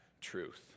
truth